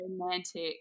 romantic